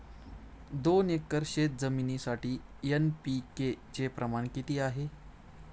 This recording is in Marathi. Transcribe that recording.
दोन एकर शेतजमिनीसाठी एन.पी.के चे प्रमाण किती आहे?